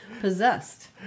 possessed